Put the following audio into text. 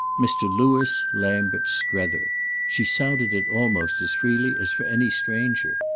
mr. lewis lambert strether' she sounded it almost as freely as for any stranger.